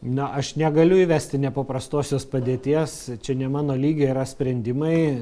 na aš negaliu įvesti nepaprastosios padėties čia ne mano lygio yra sprendimai